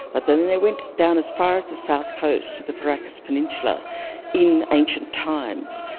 but then then they went down as far as the south coast, to the paracas peninsular in ancient times.